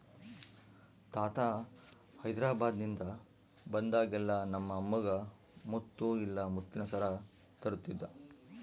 ತಾತ ಹೈದೆರಾಬಾದ್ನಿಂದ ಬಂದಾಗೆಲ್ಲ ನಮ್ಮ ಅಮ್ಮಗ ಮುತ್ತು ಇಲ್ಲ ಮುತ್ತಿನ ಸರ ತರುತ್ತಿದ್ದ